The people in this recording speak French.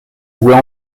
jouait